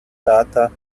data